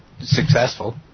successful